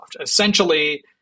Essentially